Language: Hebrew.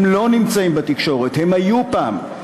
הם לא נמצאים בתקשורת, הם היו פעם.